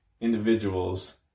individuals